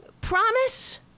promise